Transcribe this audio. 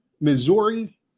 Missouri